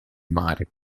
mare